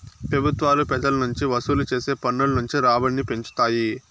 పెబుత్వాలు పెజల నుంచి వసూలు చేసే పన్నుల నుంచి రాబడిని పెంచుతాయి